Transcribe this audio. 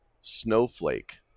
snowflake